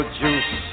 juice